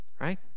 right